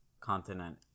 continent